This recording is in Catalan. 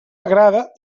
agrada